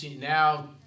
now